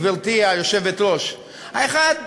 גברתי היושבת-ראש: האחד,